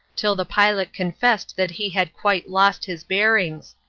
till the pilot confessed that he had quite lost his bearings.